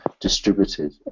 distributed